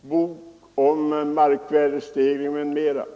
bok om detta ämne.